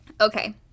Okay